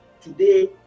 Today